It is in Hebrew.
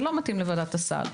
זה לא מתאים לוועדת הסל,